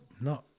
No